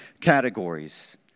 categories